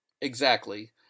Exactly